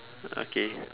okay